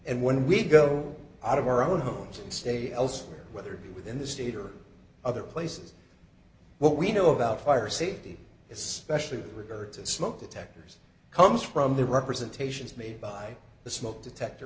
and when we go out of our own homes and stay elsewhere whether within the state or other places what we know about fire safety especially regard to smoke detectors comes from the representations made by the smoke detector